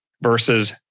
versus